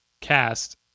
cast